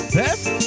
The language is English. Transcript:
best